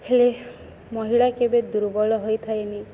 ହେଲେ ମହିଳା କେବେ ଦୁର୍ବଳ ହୋଇଥାଏନି